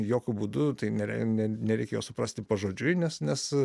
jokiu būdu tai nerei ne nereikėjo suprasti pažodžiui nes